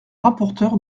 rapporteur